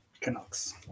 Canucks